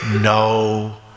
no